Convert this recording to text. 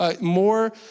more